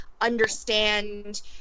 understand